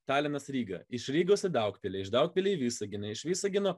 talinas ryga iš rygos iš daugpilio į visaginą iš visagino